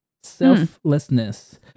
Selflessness